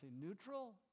neutral